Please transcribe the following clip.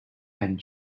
and